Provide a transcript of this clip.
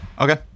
okay